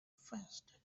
faster